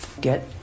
get